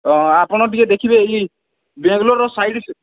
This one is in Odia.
ହଁ ଆପଣ ଟିକିଏ ଦେଖିବେ ଏଇ ବାଙ୍ଗଲୋର ସାଇଡ଼୍